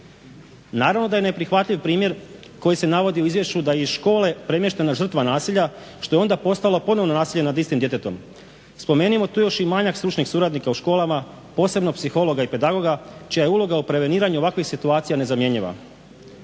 Naravno da je neprihvatljiv primjer koji se navodi u izvješću da je iz škole premještena žrtva nasilja što je onda postalo ponovno nasilje nad istim djetetom. Spomenimo tu još i manjak stručnih suradnika u školama, posebno psihologa i pedagoga čija je uloga u preveniranju ovakvih situacija nezamjenjiva.